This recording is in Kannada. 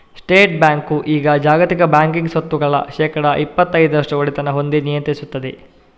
ಸ್ಟೇಟ್ ಬ್ಯಾಂಕು ಈಗ ಜಾಗತಿಕ ಬ್ಯಾಂಕಿಂಗ್ ಸ್ವತ್ತುಗಳ ಶೇಕಡಾ ಇಪ್ಪತೈದರಷ್ಟು ಒಡೆತನ ಹೊಂದಿ ನಿಯಂತ್ರಿಸ್ತದೆ